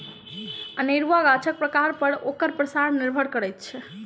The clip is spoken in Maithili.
अनेरूआ गाछक प्रकार पर ओकर पसार निर्भर करैत छै